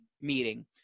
meeting